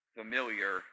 familiar